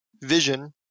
Vision